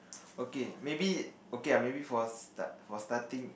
okay maybe okay lah maybe for start for starting